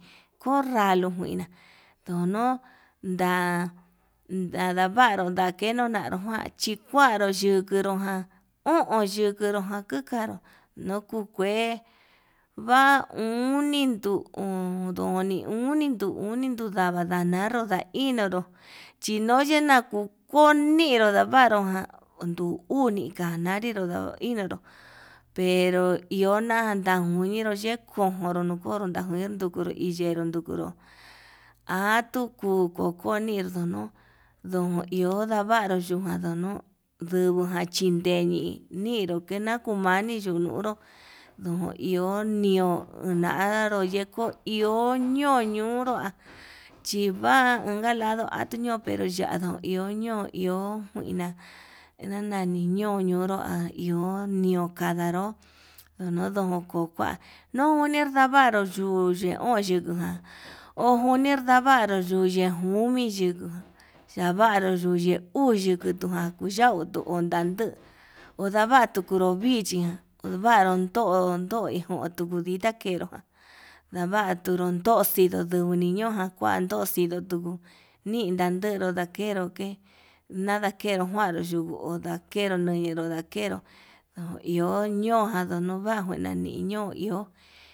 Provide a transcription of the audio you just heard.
Konralo njuina ndono ndada vanró ndakenuu njunu nan, chikuaru kuyunrujan o'on yuku rujan nukaru nuu kuu kue vauni nduni nduu oni oni nduu oni ndu ndava nananró nainonró, chinochi ndakuvino ndavanro jan nduu uni no ninonro ninonro pero iho ndada nduniro yenko konoro kononro ndajuinró, ndukuru iyenró ndukuro atuu koo nonitu kuu nduun iho ndavaru yuu ndandugujan chinden ñinro kenakumani yunuru, yu iho unadararo yukuu iho ñoñunrua chiva inka lado tuñoya ndo iho ñoo iho ina ñanani ño'o ionró, va iho ndokañaro ndojoko nonkua dononi ndavaru nuyo yiko na ojoni ndavaru yejomi yiko, yavaruu uu yukujan yundanduu ondavatu unru ndichijan kuvaru jo jo indoto udita yenruu jan ndavatu nrudo oxiduu ndu uu ñiñojan kua kuan ndoxiduu tuu nin ndandero ndakero ke'e nadakero njuaru yuu ondakero yaduu ndakero yo iho ñojan yonohua najuena niño'o iho.